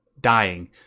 dying